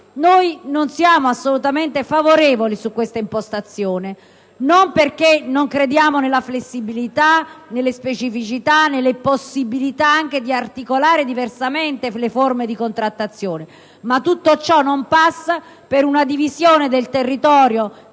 Non siamo assolutamente favorevoli a questa impostazione, non perché non crediamo nella flessibilità, nelle specificità, nella possibilità di articolare diversamente le forme di contrattazione: ma tutto ciò non passa per una divisione del territorio